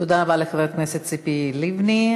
תודה רבה לחברת הכנסת ציפי לבני.